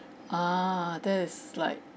ah that is like